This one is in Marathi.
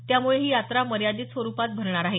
त्यामुळे ही यात्रा मर्यादित स्वरुपात भरणार आहे